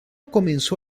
comenzó